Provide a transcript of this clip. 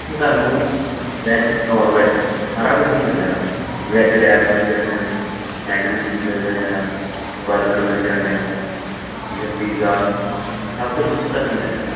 ਉੱਥੇ ਤੁਹਾਨੂੰ veg non veg ਸਾਰਾ ਕੁਛ ਹੀ ਮਿਲ ਜਾਣਾ ਵੈਜ ਰੈਪ ਮਿਲ ਜਾਣੇ ਆ ਸੈਂਡਵਿਚਿਸ ਮਿਲ ਜਾਣੇ ਆ ਬਰਗਰ ਮਿਲ ਜਾਣੇ ਆ ਠੀਕ ਆ ਪੀਜ਼ਾ ਸਭ ਕੁਛ ਉੱਥੇ ਤੁਹਾਨੂੰ ਮਿਲ ਜਾਣਾ